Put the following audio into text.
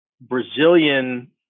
Brazilian